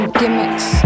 gimmicks